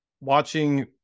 watching